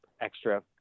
extra